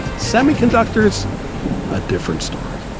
semiconductors a different story